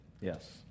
Yes